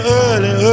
early